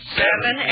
seven